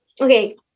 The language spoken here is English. Okay